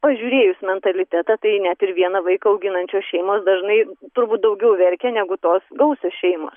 pažiūrėjus mentalitetą tai net ir vieną vaiką auginančios šeimos dažnai turbūt daugiau verkia negu tos gausios šeimos